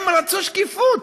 הם רצו שקיפות.